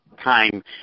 time